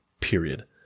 period